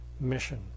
mission